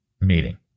meeting